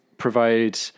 provide